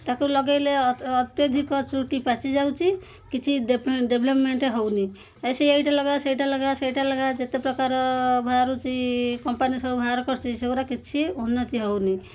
ତାକୁ ଲଗେଇଲେ ଅତ୍ୟଧିକ ଚୁଟି ପାଚିଯାଉଛି କିଛି ଡ଼େଭଲପମେଣ୍ଟ ହେଉନି ଏ ସେ ଏଇଟା ଲଗାଅ ସେଇଟା ଲଗାଅ ସେଇଟା ଲଗାଅ ଯେତେ ପ୍ରକାର ବାହାରୁଚି କମ୍ପାନୀ ସବୁ ବାହାର କରୁଛି ସେଗୁୁଡ଼ା କିଛି ଉନ୍ନତି ହେଉନି